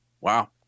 Wow